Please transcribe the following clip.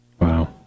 Wow